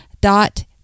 dot